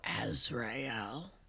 Azrael